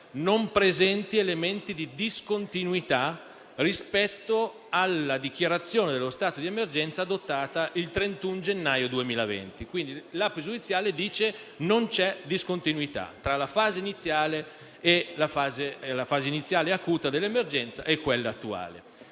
non presenti elementi di discontinuità rispetto alla dichiarazione dello stato di emergenza adottata il 31 gennaio 2020. Quindi la pregiudiziale dice che non c'è discontinuità tra la fase iniziale acuta dell'emergenza e quella attuale.